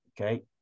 Okay